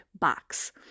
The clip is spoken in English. box